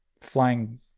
flying